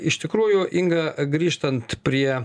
iš tikrųjų inga grįžtant prie